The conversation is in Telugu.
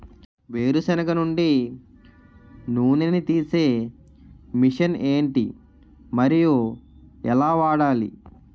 వేరు సెనగ నుండి నూనె నీ తీసే మెషిన్ ఏంటి? మరియు ఎలా వాడాలి?